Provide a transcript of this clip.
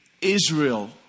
Israel